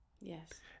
Yes